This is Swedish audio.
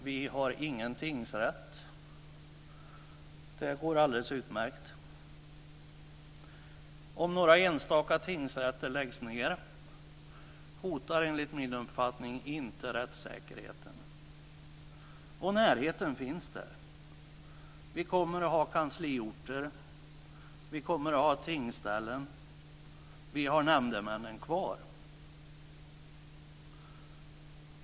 Vi har ingen tingsrätt. Det går alldeles utmärkt. Om några enstaka tingsrätter läggs ned hotar det inte, enligt min uppfattning, rättssäkerheten. Närheten finns där. Vi kommer att ha kansliorter, vi kommer att ha tingsställen och vi har nämndemännen kvar.